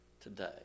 today